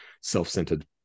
self-centered